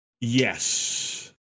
Yes